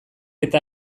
eta